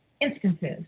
instances